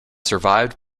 survived